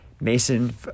Mason